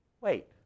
Wait